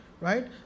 Right